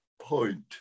point